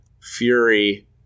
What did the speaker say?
Fury